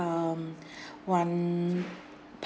um one